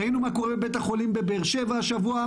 ראינו מה קורה בבית החולים בבאר שבע השבוע,